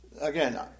Again